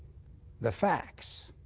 the facts